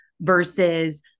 versus